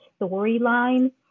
storyline